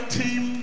team